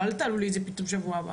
אבל אל תעלו לי את זה פתאום בשבוע הבא